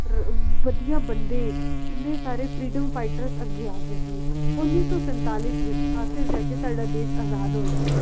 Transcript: ਰ ਵਧੀਆ ਬੰਦੇ ਕਿੰਨੇ ਸਾਰੇ ਫਰੀਡਮ ਫਾਈਟਰਸ ਅੱਗੇ ਆ ਗਏ ਸੀ ਉੱਨੀ ਸੌ ਸੰਤਾਲੀ ਵਿੱਚ ਆਖਿਰ ਜਾ ਕੇ ਸਾਡਾ ਦੇਸ਼ ਆਜ਼ਾਦ ਹੋਇਆ